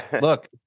Look